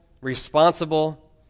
responsible